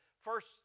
first